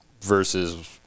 versus